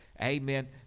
amen